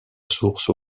source